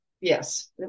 yes